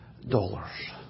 dollars